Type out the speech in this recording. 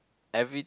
every